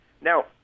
Now